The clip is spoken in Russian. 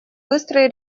быстрой